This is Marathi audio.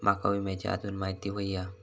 माका विम्याची आजून माहिती व्हयी हा?